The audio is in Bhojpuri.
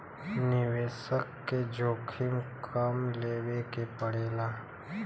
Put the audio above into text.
निवेसक के जोखिम कम लेवे के पड़ेला